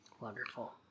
wonderful